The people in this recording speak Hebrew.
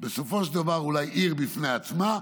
בסופו של דבר אולי עיר בפני עצמה,